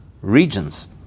regions